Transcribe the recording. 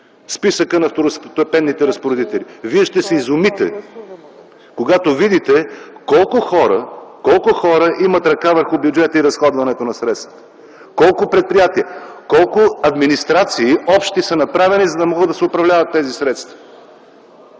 списъкът на второстепенните разпоредители. Вие ще се изумите, когато видите колко хора имат ръка върху бюджета и разходването на средствата, колко предприятия, колко общи администрации са направени, за да могат да се управляват тези средства.